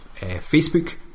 facebook